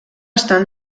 estant